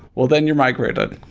well, then you migrate it.